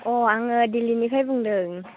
आङो दिल्लीनिफ्राय बुंदों